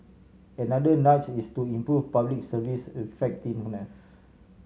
another nudge is to improve Public Service effectiveness